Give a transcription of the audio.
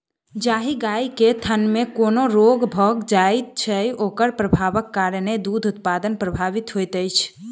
जाहि गाय के थनमे कोनो रोग भ जाइत छै, ओकर प्रभावक कारणेँ दूध उत्पादन प्रभावित होइत छै